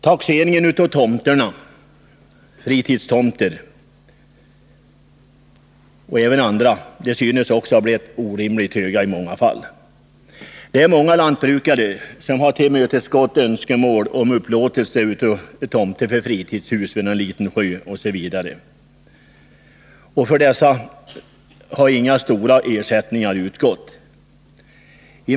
Taxeringarna av fritidstomter — och även av andra tomter — synes också ha blivit orimligt höga i många fall. Det är många lantbrukare som har tillmötesgått önskemål om upplåtelse av mark till tomter för fritidshus, exempelvis vid någon liten sjö. För dessa tomter har inga stora ersättningar utgått.